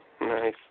Nice